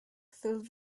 filled